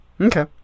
Okay